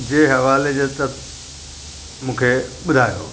जे हवाले जे तर मूंखे ॿुधायो